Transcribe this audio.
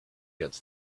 gets